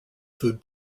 food